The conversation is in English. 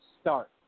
start